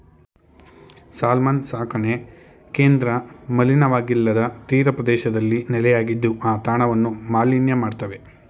salmon ಸಾಕಣೆ ಕೇಂದ್ರ ಮಲಿನವಾಗಿಲ್ಲದ ತೀರಪ್ರದೇಶದಲ್ಲಿ ನೆಲೆಯಾಗಿದ್ದು ಆ ತಾಣವನ್ನು ಮಾಲಿನ್ಯ ಮಾಡ್ತವೆ